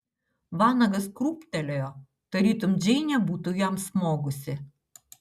vanagas krūptelėjo tarytum džeinė būtų jam smogusi